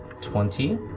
twenty